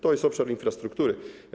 To jest obszar infrastruktury.